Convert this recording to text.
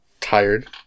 Tired